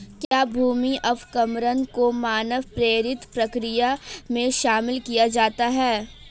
क्या भूमि अवक्रमण को मानव प्रेरित प्रक्रिया में शामिल किया जाता है?